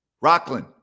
Rockland